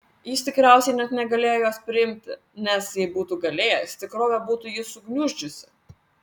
jis tikriausiai net negalėjo jos priimti nes jei būtų galėjęs tikrovė būtų jį sugniuždžiusi